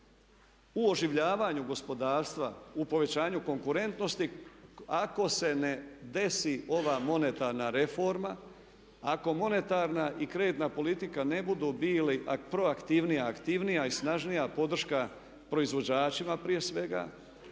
u oživljavanju gospodarstva u povećanju konkurentnosti ako se ne desi ova monetarna reforma, ako monetarna i kreditna politika ne budu bili proaktivnija, aktivnija i snažnija podrška proizvođačima prije svega